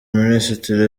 minisitiri